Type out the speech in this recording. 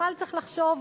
ובכלל צריך לחשוב,